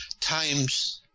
times